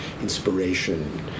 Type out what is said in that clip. inspiration